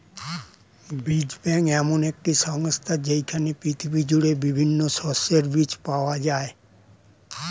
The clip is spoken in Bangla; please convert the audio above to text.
বীজ ব্যাংক এমন একটি সংস্থা যেইখানে পৃথিবী জুড়ে বিভিন্ন শস্যের বীজ পাওয়া যায়